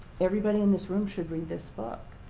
everybody in this room should read this book.